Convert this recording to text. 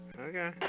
Okay